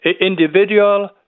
individual